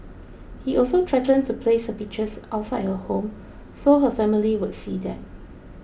he also threatened to place her pictures outside her home so her family would see them